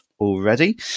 already